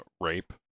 rape